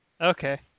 Okay